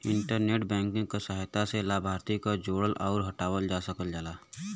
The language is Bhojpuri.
इंटरनेट बैंकिंग क सहायता से लाभार्थी क जोड़ल आउर हटावल जा सकल जाला